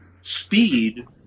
Speed